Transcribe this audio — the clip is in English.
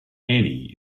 annie